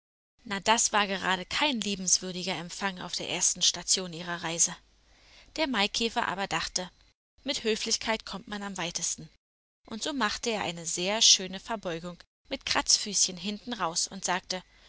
na das war gerade kein liebenswürdiger empfang auf der ersten station ihrer reise der maikäfer aber dachte mit höflichkeit kommt man am weitesten und so machte er eine sehr schöne verbeugung mit kratzfüßchen hinten raus und sagte